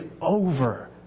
over